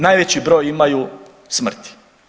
Najveći broj imaju smrti.